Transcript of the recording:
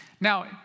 Now